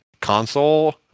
console